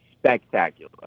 spectacular